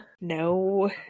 No